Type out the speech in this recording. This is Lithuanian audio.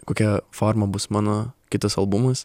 kokia forma bus mano kitas albumas